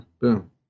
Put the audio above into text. boom